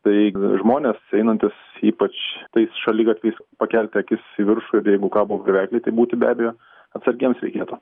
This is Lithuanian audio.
tai žmonės einantys ypač tais šaligatviais pakelti akis į viršų ir jeigu kabo varvekliai tai būti be abejo atsargiems reikėtų